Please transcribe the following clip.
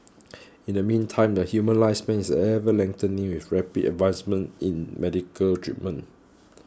in the meantime the human lifespan is ever lengthening with rapid advancements in medical treatment